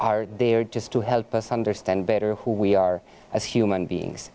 are there just to help us understand better who we are as human beings